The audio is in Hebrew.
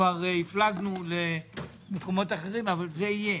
הפלגנו למקומות אחרים, אבל זה יהיה.